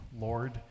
Lord